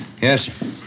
Yes